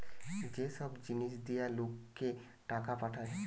যে সব জিনিস দিয়া লোককে টাকা পাঠায়